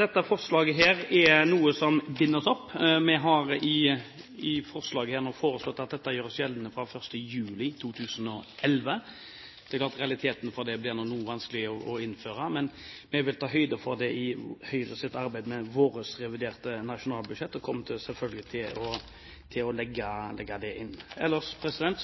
Dette forslaget er noe som binder oss opp. Vi har i forslaget foreslått at dette gjøres gjeldende fra 1. juli 2011, slik at realiteten av det blir noe vanskeligere å innføre. Men vi vil ta høyde for det i Høyres arbeid med vårt reviderte nasjonalbudsjett, og kommer selvfølgelig til å legge det inn. Ellers